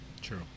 True